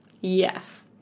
Yes